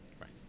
Right